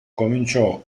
cominciò